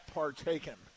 partaken